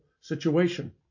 situation